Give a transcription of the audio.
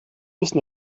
wissen